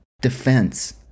defense